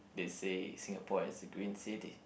they say Singapore is a green city